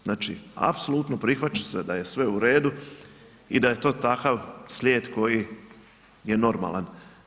Znači, apsolutno prihvaća se da je sve u redu i da je to takav slijed koji je normalan.